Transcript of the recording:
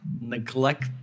neglect